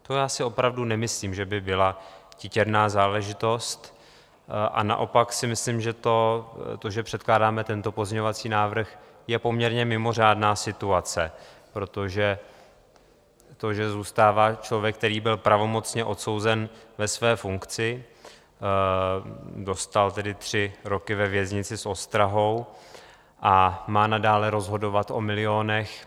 To já si opravdu nemyslím, že by byla titěrná záležitost, a naopak si myslím, že to, že předkládáme tento pozměňovací návrh, je poměrně mimořádná situace, protože zůstává člověk, který byl pravomocně odsouzen, ve své funkci, dostal tedy tři roky ve věznici s ostrahou a má nadále rozhodovat o milionech.